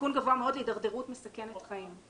סיכון גבוה מאוד להידרדרות מסכנת חיים.